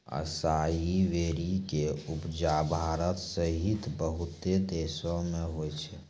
असाई वेरी के उपजा भारत सहित बहुते देशो मे होय छै